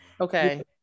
Okay